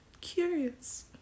Curious